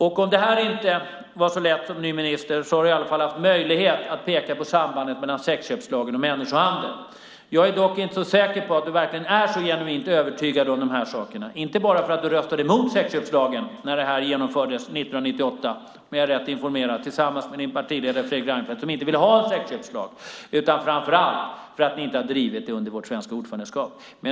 Även om detta inte var så lätt för dig som ny minister har du i alla fall kunnat peka på sambandet mellan sexköpslagen och människohandel. Jag är dock inte så säker på att du verkligen är så genuint övertygad - inte bara för att du, om jag är rätt informerad, 1998 röstade mot sexköpslagen, tillsammans med din partiledare Fredrik Reinfeldt som inte ville ha någon sexköpslag, utan framför allt för att ni inte har drivit detta under vårt svenska ordförandeskap.